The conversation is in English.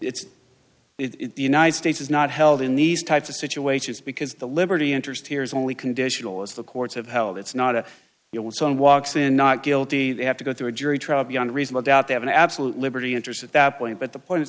the united states is not held in these types of situations because the liberty interest here is only conditional as the courts have held it's not a you know it's on walks and not guilty they have to go through a jury trial beyond reasonable doubt they have an absolute liberty interest at that point but the point